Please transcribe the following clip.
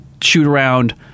shoot-around